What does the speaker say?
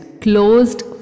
closed